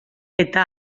eta